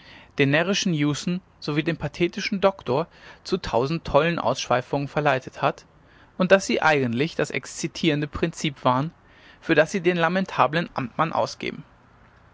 den närrischen ewson sowie den pathetischen doktor zu tausend tollen ausschweifungen verleitet hat und daß sie eigentlich das exzitierende prinzip waren für das sie den lamentablen amtmann ausgeben